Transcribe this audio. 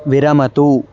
विरमतु